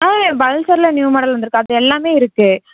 ஆ பல்சர்லில் new model வந்துருக்கு அது எல்லாமே இருக்குது